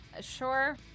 Sure